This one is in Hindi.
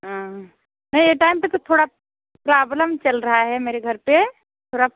हाँ नहीं ये टाइम पे तो थोड़ा प्राब्लम चल रहा है मेरे घर पे थोड़ा